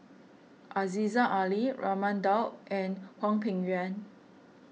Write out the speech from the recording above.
Aziza Ali Raman Daud and Hwang Peng Yuan